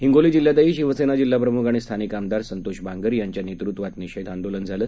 हिंगोली जिल्हातही शिवसेना जिल्हाप्रमुख आणि स्थानिक आमदार संतोष बांगर यांच्या नेतृत्वात निषेध आंदोलन झालं